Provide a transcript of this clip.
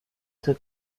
took